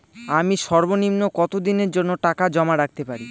আমি সর্বনিম্ন কতদিনের জন্য টাকা জমা রাখতে পারি?